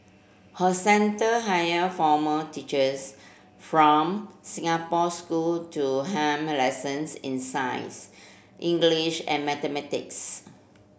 her centre hire former teachers from Singapore school to helm lessons in science English and mathematics